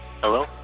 Hello